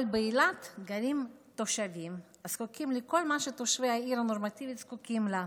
אבל באילת גרים תושבים הזקוקים לכל מה שתושבי עיר נורמטיבית זקוקים לה,